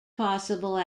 possible